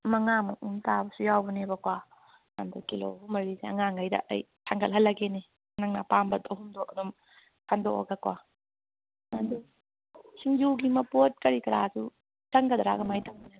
ꯃꯉꯥꯃꯨꯛ ꯑꯗꯨꯝ ꯇꯥꯕꯁꯨ ꯌꯥꯏꯕꯅꯦꯕꯀꯣ ꯑꯗꯨ ꯀꯤꯂꯣ ꯑꯍꯨꯝ ꯃꯔꯤꯁꯦ ꯑꯉꯥꯡꯒꯩꯗ ꯑꯩ ꯊꯥꯡꯒꯠꯍꯜꯂꯒꯦꯅꯦ ꯅꯪꯅ ꯑꯄꯥꯝꯕ ꯑꯍꯨꯝꯗꯣ ꯑꯗꯨꯝ ꯈꯟꯗꯣꯛꯑꯒꯀꯣ ꯑꯗꯨ ꯁꯤꯡꯖꯨꯒꯤ ꯃꯄꯣꯠ ꯀꯔꯤ ꯀꯔꯥꯁꯨ ꯆꯪꯒꯗꯔꯥ ꯀꯃꯥꯏꯅ ꯇꯧꯕꯅꯣ